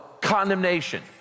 condemnation